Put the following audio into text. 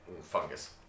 fungus